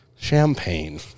Champagne